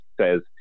says